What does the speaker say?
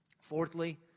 Fourthly